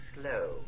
slow